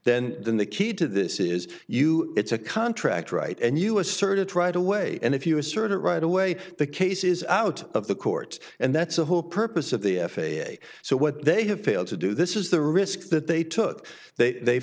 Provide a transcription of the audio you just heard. then than the key to this is you it's a contract right and you asserted try to way and if you assert it right away the case is out of the court and that's the whole purpose of the f a a so what they have failed to do this is the risk that they took th